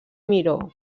miró